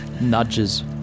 nudges